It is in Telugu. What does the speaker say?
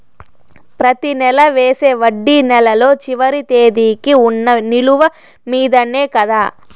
ప్రతి నెల వేసే వడ్డీ నెలలో చివరి తేదీకి వున్న నిలువ మీదనే కదా?